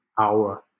hour